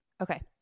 Okay